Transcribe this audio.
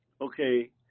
okay